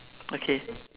okay